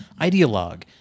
ideologue